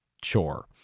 chore